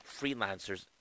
freelancers